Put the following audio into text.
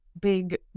big